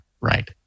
right